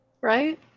Right